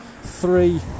three